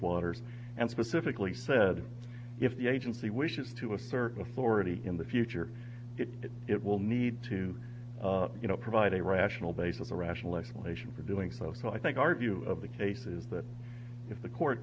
waters and specifically said if the agency wishes to assert of florida in the future it will need to you know provide a rational basis a rational explanation for doing so so i think our view of the case is that if the court